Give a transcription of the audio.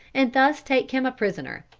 and thus take him a prisoner.